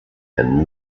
and